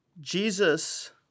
Jesus